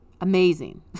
Amazing